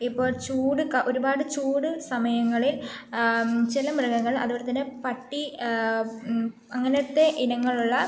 ഇപ്പോൾ ചൂട് ക ഒരുപാട് ചൂടു സമയങ്ങളിൽ ചില മൃഗങ്ങൾ അതുപോലെത്തന്നെ പട്ടി അങ്ങനത്തെ ഇനങ്ങളുള്ള